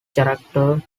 character